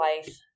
life